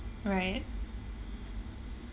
right